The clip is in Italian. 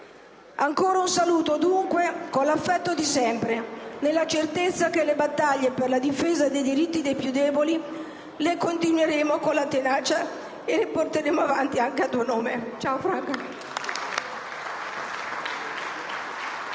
Ancora un saluto, dunque, con l'affetto di sempre, nella certezza che le battaglie per la difesa dei diritti dei più deboli le continueremo con tenacia e le porteremo avanti anche a nome